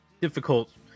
difficult